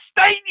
state